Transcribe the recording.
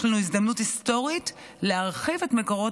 יש לנו הזדמנות היסטורית להרחיב את מקורות